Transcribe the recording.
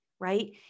right